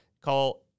Call